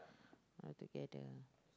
altogether